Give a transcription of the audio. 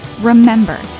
Remember